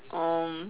um